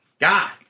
God